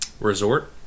resort